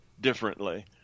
differently